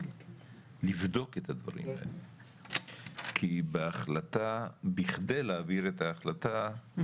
לבדוק את הדברים כי בהחלטה בכדי להעביר את ההחלטה,